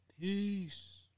Peace